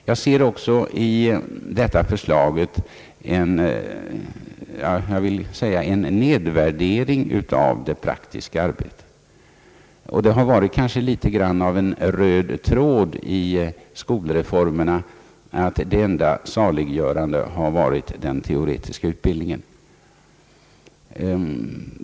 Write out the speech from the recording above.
Jag ser också i detta förslag en nedvärdering av det praktiska arbetet, och det har kanske varit lite av en röd tråd i skolreformerna, att det enda saliggörande är den teoretiska utbildningen.